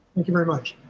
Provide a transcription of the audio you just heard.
thank you very much.